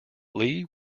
lee